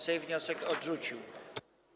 Sejm wniosek odrzucił.